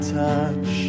touch